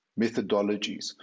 methodologies